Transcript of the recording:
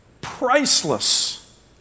priceless